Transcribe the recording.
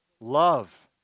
Love